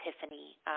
epiphany